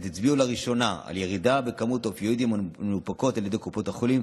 הצביעו לראשונה על ירידה בכמות האופיואידים המנופקת על ידי קופות החולים